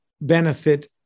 benefit